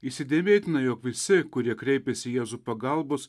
įsidėmėtina jog visi kurie kreipiasi į jėzų pagalbos